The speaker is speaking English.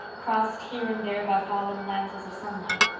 crossed here and there by fallen lances of sunlight.